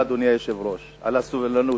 תודה לאדוני היושב-ראש על הסובלנות.